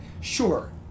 sure